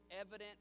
evident